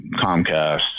Comcast